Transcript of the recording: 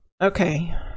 Okay